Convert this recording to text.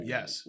Yes